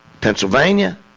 Pennsylvania